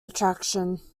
attraction